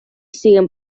siguen